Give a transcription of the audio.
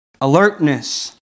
alertness